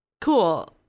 Cool